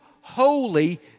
holy